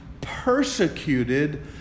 persecuted